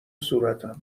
صورتم